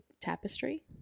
tapestry